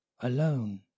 alone